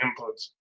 inputs